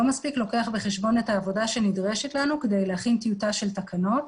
מספיק לוקח בחשבון את העבודה שנדרשת לנו כדי להכין טיוטה של תקנות,